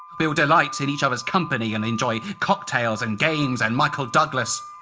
we will delight in each other's company and enjoy cocktails and games and michael douglas!